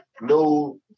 no